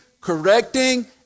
correcting